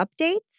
updates